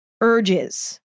urges